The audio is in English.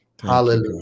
Hallelujah